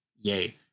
Yay